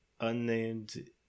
unnamed